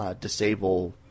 disable